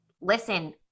Listen